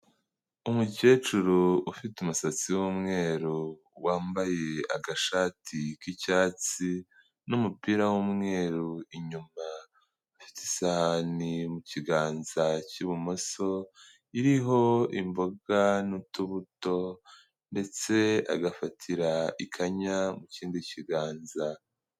Umukecuru ufite umusatsi w'umweru wambaye agashati k'icyatsi, n'umupira w'umweru inyuma, afite isahani mu kiganza cy'ibumoso iriho imboga n'utubuto ndetse agafatira ikanya mu kindi kiganza.